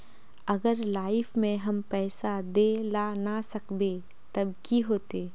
अगर लाइफ में हम पैसा दे ला ना सकबे तब की होते?